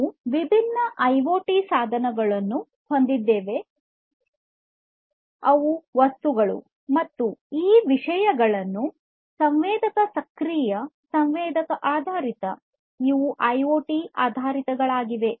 ನಾವು ವಿಭಿನ್ನ ಐಒಟಿ ಸಂವೇದಕ ಸಕ್ರಿಯ ಸಂವೇದಕ ಆಧಾರಿತ ಸಾಧನಗಳನ್ನು ಹೊಂದಿದ್ದೇವೆ